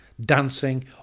dancing